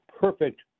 perfect